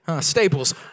Staples